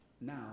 now